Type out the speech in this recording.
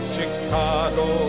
Chicago